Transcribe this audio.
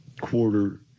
quarter